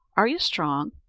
are you strong?